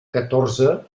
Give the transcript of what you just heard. catorze